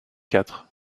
quatre